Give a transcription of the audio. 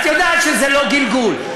את יודעת שזה לא גלגול.